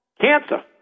Cancer